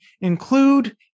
include